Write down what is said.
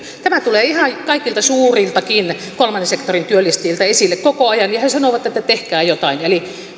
tämä tulee ihan kaikilta suuriltakin kolmannen sektorin työllistäjiltä esille koko ajan ja he sanovat että tehkää jotain eli